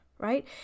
right